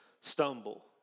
stumble